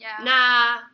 nah